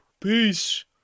peace